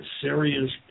serious